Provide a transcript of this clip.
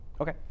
Okay